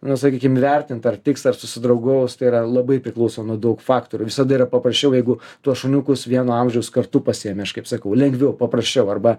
nu sakykim vertint ar tiks ar susidraugaus tai yra labai priklauso nuo daug faktorių visada yra paprasčiau jeigu tuos šuniukus vieno amžiaus kartu pasiėmi aš kaip sakau lengviau paprasčiau arba